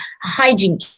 hygiene